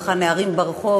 ככה נערים ברחוב,